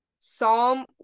Psalm